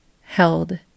held